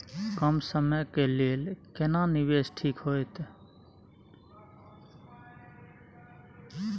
कम समय के लेल केना निवेश ठीक होते?